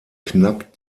knapp